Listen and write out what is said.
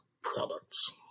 products